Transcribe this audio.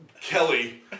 Kelly